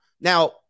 Now